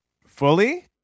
fully